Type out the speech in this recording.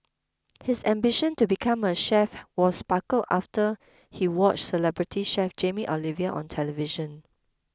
his ambition to become a chef was sparked after he watched celebrity chef Jamie Oliver on television